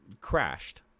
crashed